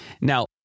Now